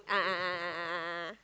a'ah a'ah a'ah a'ah